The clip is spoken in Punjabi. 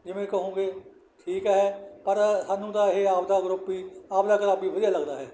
ਜਿਵੇਂ ਕਹੋਂਗੇ ਠੀਕ ਹੈ ਪਰ ਸਾਨੂੰ ਤਾਂ ਇਹ ਆਪਣਾ ਗਰੁੱਪ ਹੀ ਆਪਣਾ ਕਲੱਬ ਹੀ ਵਧੀਆ ਲੱਗਦਾ ਹੈ